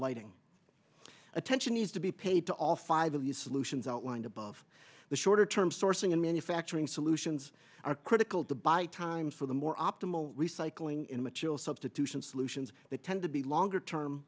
lighting attention needs to be paid to all five of these solutions outlined above the shorter term sourcing and manufacturing solutions are critical to buy time so the more optimal recycling in mitchell substitution solutions that tend to be longer term